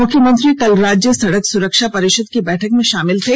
मुख्यमंत्री कल राज्य सडक सुरक्षा परिषद की बैठक में शामिल थे